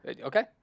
Okay